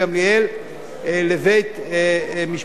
לבית משפחת דמרי.